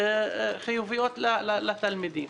חיוביות לתלמידים.